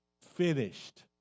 finished